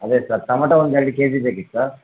ಅದೇ sir tomato ಒಂದು ಎರಡು ಕೆ ಜಿ ಬೇಕಿತ್ತು ಸರ್